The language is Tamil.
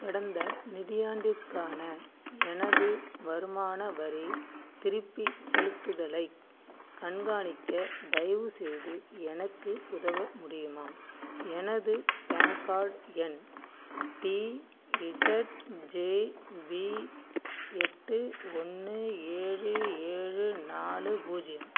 கடந்த நிதியாண்டிற்கான எனது வருமான வரி திருப்பிச் செலுத்துதலைக் கண்காணிக்க தயவுசெய்து எனக்கு உதவ முடியுமா எனது பேன் கார்டு எண் டிஇஜெட் ஜேவி எட்டு ஒன்று ஏழு ஏழு நாலு பூஜ்ஜியம்